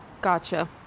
gotcha